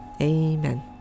Amen